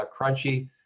crunchy